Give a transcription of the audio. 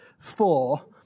four